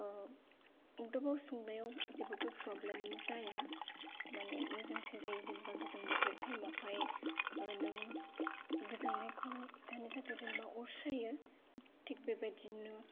अरदाबाव संनायाव जेबोथ' प्रब्लेम जाया माने मोजांसो जायो जेनेबा गोजां बोथोर टाइमावहाय नों गोजांनायखौ नों होबथानो थाखाय जेनेबा अर सायो थिग बेबायदिनो